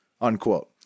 unquote